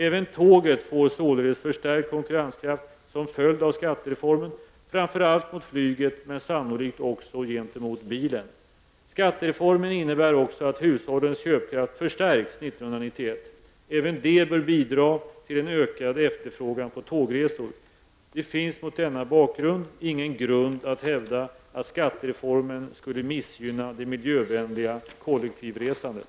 Även tåget får således förstärkt konkurrenskraft som följd av skattereformen, framför allt mot flyget men sannolikt också gentemot bilen. Skattereformen innebär också att hushållens köpkraft förstärks 1991. Även det bör bidra till en ökad efterfrågan på tågresor. Det finns mot denna bakgrund ingen grund att hävda att skattereformen skulle missgynna det miljövänliga kollektivresandet.